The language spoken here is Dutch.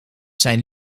zijn